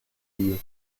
lieu